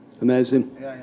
Amazing